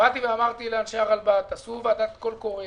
אמרתי לאנשי הרלב"ד: תעשו ועדת קול קורא,